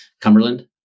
Cumberland